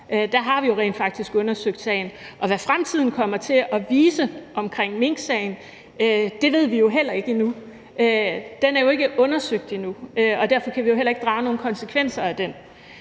Der har vi jo rent faktisk undersøgt sagen. Og hvad fremtiden kommer til at vise i minksagen, ved vi jo ikke endnu. Den er jo ikke undersøgt endnu. Derfor kan vi jo heller ikke drage nogen konsekvenser af den.